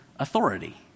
Authority